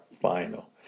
Final